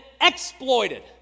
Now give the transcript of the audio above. exploited